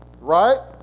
right